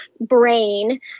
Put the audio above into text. brain